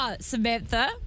Samantha